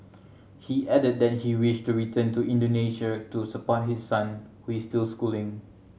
he added that he wished to return to Indonesia to support his son who is still schooling